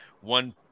one